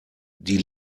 die